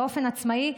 באופן עצמאי,